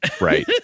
right